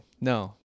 no